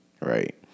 right